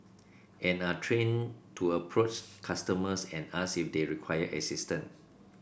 and are trained to approach customers and ask if they require assistance